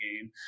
game